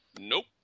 Nope